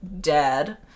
dead